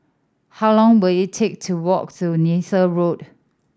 how long will it take to walk to Neythal Road